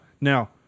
Now